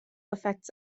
affects